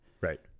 Right